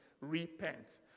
Repent